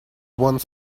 wants